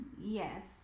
Yes